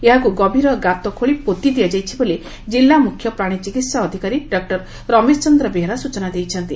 ଏହାକୁ ଗଭୀର ଗାତ ଖୋଳି ପୋତି ଦିଆଯାଇଛି ବୋଲି ଜିଲ୍ଲା ମୁଖ୍ୟ ପ୍ରାଶୀ ଚିକିସା ଅଧିକାରୀ ଡଃ ରମେଶ ଚନ୍ର ବେହେରା ସିଚନା ଦେଇଛନ୍ତି